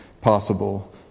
possible